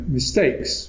mistakes